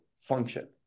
function